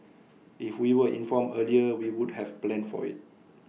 if we were informed earlier we would have planned for IT